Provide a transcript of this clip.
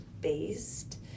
based